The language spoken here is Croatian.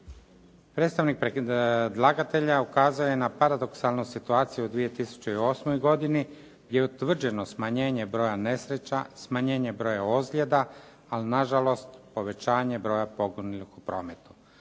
Predstavnik predlagatelja ukazao je na paradoksalnu situaciju u 2008. godini gdje je utvrđeno smanjenje broja nesreća, smanjenje broja ozljeda, ali nažalost, povećanje broja poginulih u prometu.